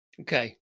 Okay